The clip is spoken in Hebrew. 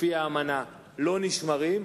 לפי האמנה לא נשמרים,